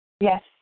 Yes